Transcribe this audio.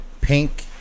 pink